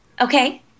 Okay